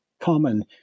common